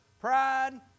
pride